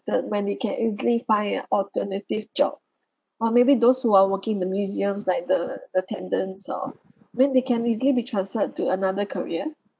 when they can easily find a alternative job or maybe those who are working in the museums like the attendance or I mean they can be easily be transferred to another career